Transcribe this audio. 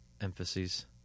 emphases